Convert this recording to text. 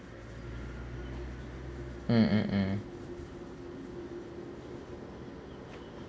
mm mm mm